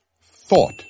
thought